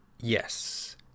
yes